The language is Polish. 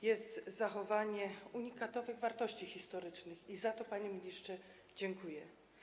jest zachowanie unikatowych wartości historycznych i za to, panie ministrze, dziękuję.